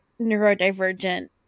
neurodivergent